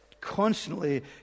constantly